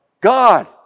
God